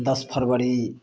दश फरबरी